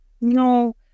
No